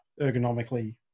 ergonomically